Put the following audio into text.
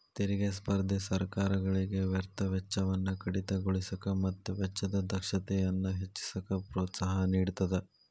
ತೆರಿಗೆ ಸ್ಪರ್ಧೆ ಸರ್ಕಾರಗಳಿಗೆ ವ್ಯರ್ಥ ವೆಚ್ಚವನ್ನ ಕಡಿತಗೊಳಿಸಕ ಮತ್ತ ವೆಚ್ಚದ ದಕ್ಷತೆಯನ್ನ ಹೆಚ್ಚಿಸಕ ಪ್ರೋತ್ಸಾಹ ನೇಡತದ